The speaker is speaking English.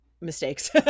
mistakes